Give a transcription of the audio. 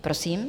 Prosím.